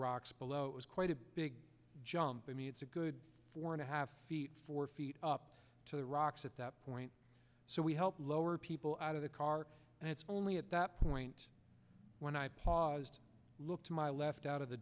rocks below it was quite a big jump i mean it's a good four and a half feet four feet up to the rocks at that point so we helped lower people out of the car and it's only at that point when i paused looked to my left out of the